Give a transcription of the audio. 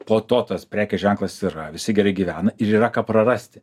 po to tas prekės ženklas yra visi gerai gyvena ir yra ką prarasti